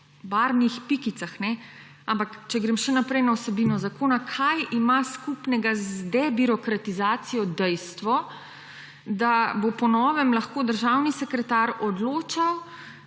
barvnih pikicah. Ampak če grem še naprej na vsebino zakona. Kaj ima skupnega z debirokratizacijo dejstvo, da bo po novem lahko državni sekretar izdajal